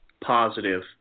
positive